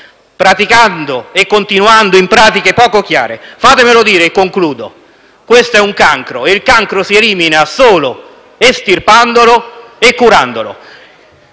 praticando e continuando in pratiche poco chiare. Fatemelo dire e concludo: questo è un cancro e il cancro si elimina solo estirpandolo e curandolo.